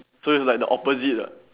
so it's like the opposite ah